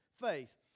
faith